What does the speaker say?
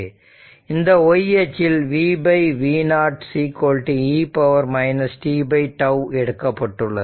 இந்த y அச்சில் vv0 e tτ எடுக்கப்பட்டுள்ளது